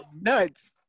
nuts